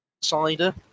cider